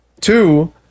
Two